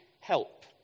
help